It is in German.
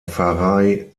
pfarrei